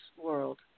world